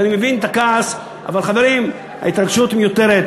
אני מבין את הכעס, אבל, חברים, ההתרגשות מיותרת.